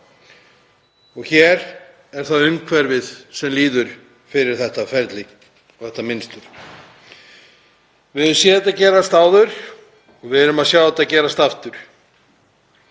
Hér er það umhverfið sem líður fyrir þetta ferli og þetta mynstur. Við höfum séð þetta gerast áður og við erum að sjá þetta gerast aftur.